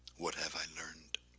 what have i learned?